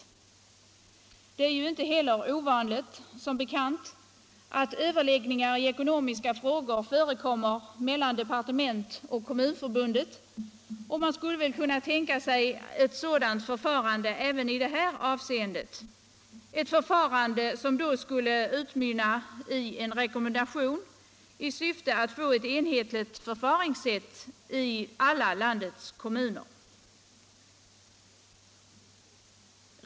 Som bekant är det ju inte heller ovanligt att överläggningar i ekonomiska frågor förekommer mellan departement och Kommunförbundet, och man skulle väl kunna tänka sig sådana överläggningar även i detta avseende, överläggningar som skulle utmynna i rekommendation i syfte att få till stånd ett enhetligt förfaringssätt i landets alla kommuner.